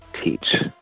teach